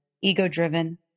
ego-driven